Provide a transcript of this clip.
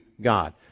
god